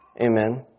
amen